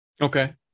Okay